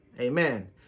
Amen